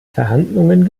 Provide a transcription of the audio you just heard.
verhandlungen